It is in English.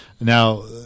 Now –